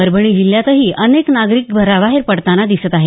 परभणी जिल्ह्यातही अनेक नागरिक घराबाहेर पडताना दिसत आहेत